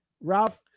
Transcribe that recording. Ralph